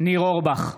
ניר אורבך,